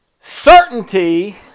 certainty